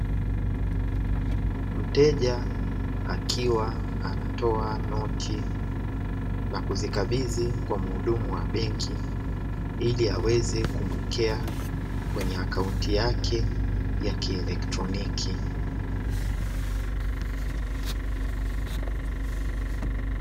Mteja akiwa anatoa noti na kuzikabidhi kwa muhudumu wa benki, ili aweze kumuwekea kwenye akaunti yake ya kielektroniki.